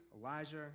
elijah